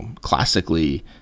classically